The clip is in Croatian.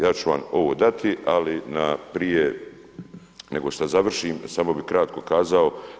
Ja ću vam ovo dati, ali prije nego što završim samo bih kratko kazao.